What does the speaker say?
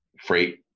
freight